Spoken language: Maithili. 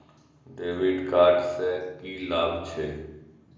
डेविट कार्ड से की लाभ छै?